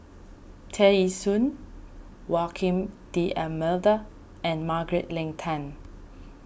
Tear Ee Soon Joaquim D'Almeida and Margaret Leng Tan